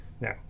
Now